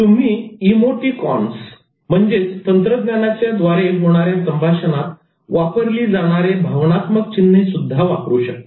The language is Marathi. तुम्ही 'इमोटिकॉन्स' 'Emoticions' तंत्रज्ञानाच्या द्वारे होणाऱ्या संभाषणात वापरली जाणारे भावनात्मक चिन्हे सुद्धा वापरू शकता